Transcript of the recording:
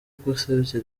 gusebya